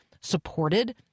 supported